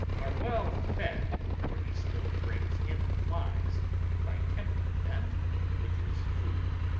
are well fed, for he still brings in the flies by tempting them with his food.